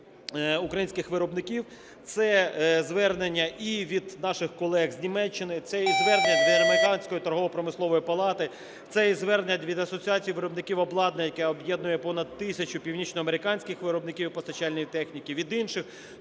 це звернення і від наших колег з Німеччини, це і звернення від Американської торгово-промислової палати, це і звернення від Асоціації виробників обладнання, яка об'єднує понад тисячу північноамериканських виробників і постачальників техніки, від інших.